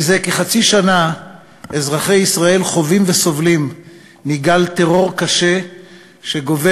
זה כחצי שנה אזרחי ישראל חווים וסובלים מגל טרור קשה שגובה